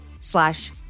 slash